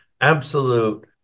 absolute